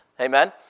amen